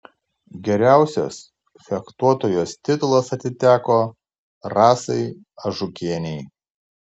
geriausios fechtuotojos titulas atiteko rasai ažukienei